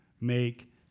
make